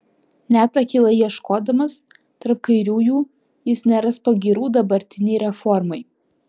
net akylai ieškodamas tarp kairiųjų jis neras pagyrų dabartinei reformai